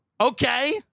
Okay